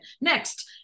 next